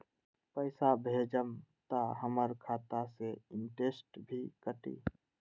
पैसा भेजम त हमर खाता से इनटेशट भी कटी?